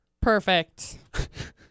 Perfect